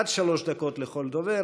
עד שלוש דקות לכל דובר.